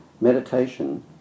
Meditation